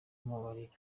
kumubabarira